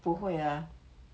不会 ah